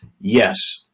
Yes